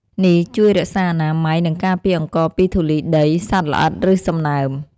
នេះជួយរក្សាអនាម័យ និងការពារអង្ករពីធូលីដី សត្វល្អិត ឬសំណើម។